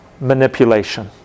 manipulation